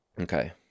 Okay